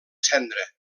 cendra